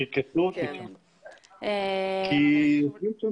שוב, אני נמצאת פה